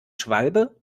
schwalbe